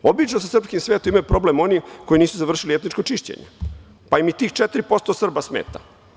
Obično sa srpskim svetom imaju problem oni koji nisu završili etničko čišćenje, pa im i tih 4% Srba smeta.